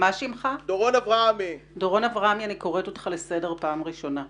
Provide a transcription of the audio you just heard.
אני קוראת אותך לסדר פעם ראשונה.